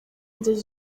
inzozi